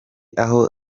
aho